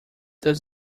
does